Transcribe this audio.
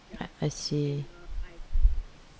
I I see